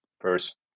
first